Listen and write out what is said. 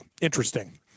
interesting